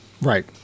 Right